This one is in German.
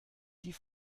die